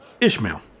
Ishmael